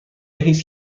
هیچ